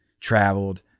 traveled